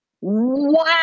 Wow